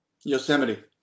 yosemite